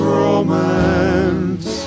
romance